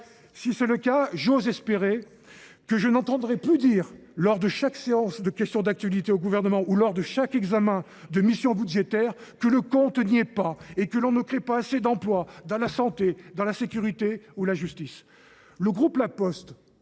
! En ce cas, j’ose espérer que je n’entendrai plus dire, lors des questions d’actualité au Gouvernement ou de l’examen des missions budgétaires, que le compte n’y est pas et que l’on ne crée pas assez d’emplois dans la santé, la sécurité ou la justice. Le groupe La Poste